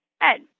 Ed